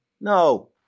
No